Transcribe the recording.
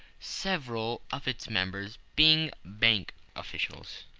several of its members being bank officials.